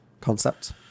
concept